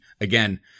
again